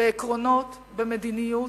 בעקרונות, במדיניות.